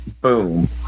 boom